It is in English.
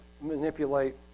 manipulate